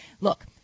look